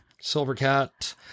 Silvercat